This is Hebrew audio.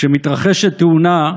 כשמתרחשת תאונה,